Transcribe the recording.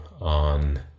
on